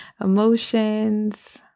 emotions